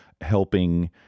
helping